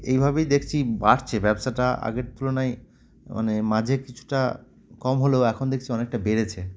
এইভাবেই দেখছি বাড়ছে ব্যবসাটা আগের তুলনায় মানে মাঝে কিছুটা কম হলেও এখন দেখছি অনেকটা বেড়েছে